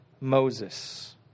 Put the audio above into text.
Moses